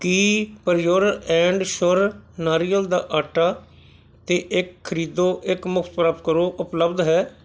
Ki pure and sure ਨਾਰੀਅਲ ਦਾ ਆਟਾ 'ਤੇ ਇੱਕ ਖਰੀਦੋ ਇੱਕ ਮੁਫਤ ਪ੍ਰਾਪਤ ਕਰੋ ਉਪਲੱਬਧ ਹੈ